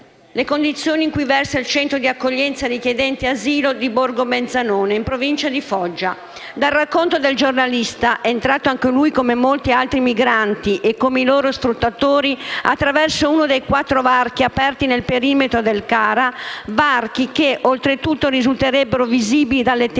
di domenica scorsa, versa il Centro di accoglienza richiedenti asilo di Borgo Mezzanone, in provincia di Foggia. Dal racconto del giornalista, entrato anche lui, come molti altri migranti e come i loro sfruttatori, attraverso uno dei quattro varchi aperti nel perimetro del CARA, varchi che oltretutto risulterebbero visibili dalle telecamere